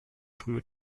früher